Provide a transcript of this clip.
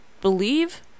believe